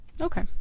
Okay